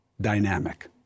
dynamic